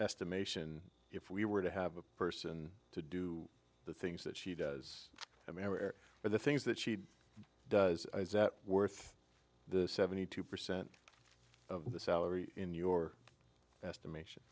estimation if we were to have a person to do the things that she does i mean where are the things that she does worth the seventy two percent of the salary in your estimation